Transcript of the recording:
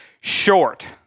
Short